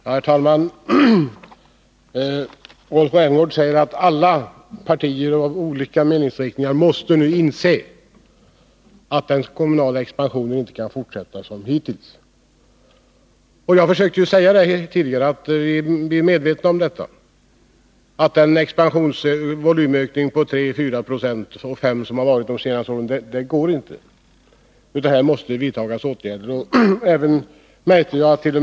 Herr talman! Rolf Rämgård säger att alla partier nu måste inse att den kommunala expansionen inte kan fortsätta som hittills. Jag sade också i mitt tidigare anförande att vi är medvetna om att det inte går att ha en volymökning på 3, 4 eller 5 96 som vi har haft under de senaste åren. T. o. m.